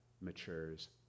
matures